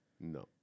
No